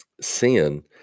Sin